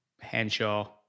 Henshaw